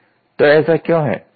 तो ऐसा क्यों है